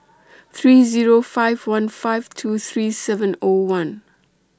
three Zero five one five two three seven O one